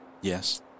Yes